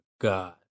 God